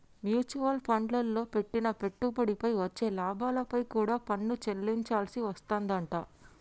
mutual ఫండ్లల్లో పెట్టిన పెట్టుబడిపై వచ్చే లాభాలపై కూడా పన్ను చెల్లించాల్సి వస్తాదంట